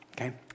okay